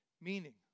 meaning